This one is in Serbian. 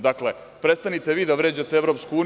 Dakle, prestanite vi da vređate EU.